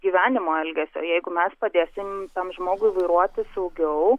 gyvenimo elgesio jeigu mes padėsim tam žmogui vairuoti saugiau